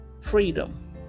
freedom